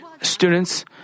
Students